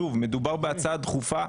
שוב, מדובר בהצעה דחופה.